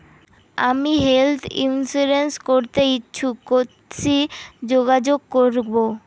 আমি health insurance করতে ইচ্ছুক কথসি যোগাযোগ করবো?